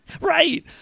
Right